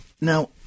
Now